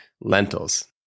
Lentils